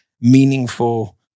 meaningful